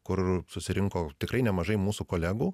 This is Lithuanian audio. kur susirinko tikrai nemažai mūsų kolegų